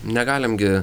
negalim gi